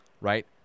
Right